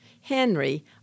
Henry